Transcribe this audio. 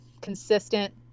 consistent